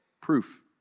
proof